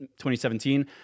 2017